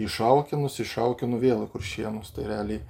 į šaukėnus iš šaukėnų vėl į kuršėnus tai realiai